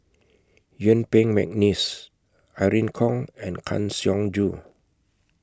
Yuen Peng Mcneice Irene Khong and Kang Siong Joo